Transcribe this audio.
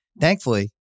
Thankfully